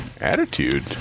Attitude